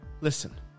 Listen